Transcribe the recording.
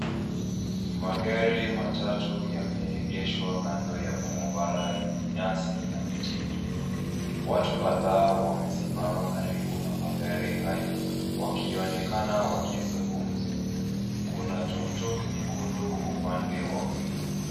Magari matatu yameegeshwa kando ya barabara yenye nyasi na miti mingi. Watu kadhaa wamesimama karibu na magari hayo, wakionekana wakizungumza. Kuna tuktuk nyekundu upande wa kulia.